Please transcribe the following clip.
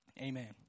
amen